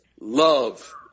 love